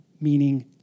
meaning